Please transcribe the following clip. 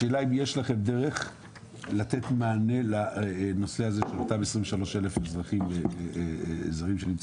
השאלה אם יש לכם דרך לתת מענה לנושא הזה של אותם 23,000 זרים שנמצאים?